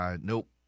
nope